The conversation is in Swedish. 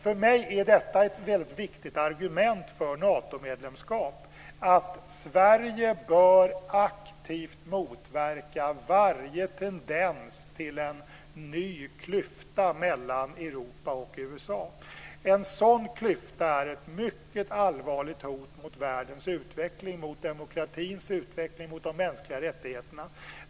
För mig är ett väldigt viktigt argument för Natomedlemskap att Sverige aktivt bör motverka varje tendens till en ny klyfta mellan Europa och USA. En sådan klyfta är ett mycket allvarligt hot mot världens utveckling, mot demokratins utveckling och mot de mänskliga rättigheterna.